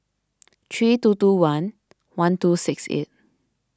three two two one one two six eight